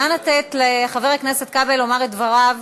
נא לתת לחבר הכנסת כבל לומר את דבריו.